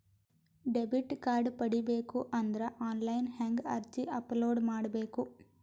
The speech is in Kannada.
ಡೆಬಿಟ್ ಕಾರ್ಡ್ ಪಡಿಬೇಕು ಅಂದ್ರ ಆನ್ಲೈನ್ ಹೆಂಗ್ ಅರ್ಜಿ ಅಪಲೊಡ ಮಾಡಬೇಕು?